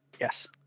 Yes